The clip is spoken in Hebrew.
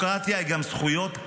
הדמוקרטיה היא גם זכויות המיעוט.